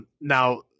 Now